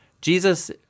Jesus